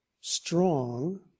strong